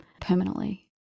permanently